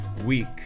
week